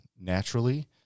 naturally